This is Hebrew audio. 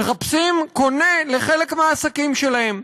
מחפשים קונה לחלק מהעסקים שלהם.